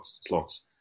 slots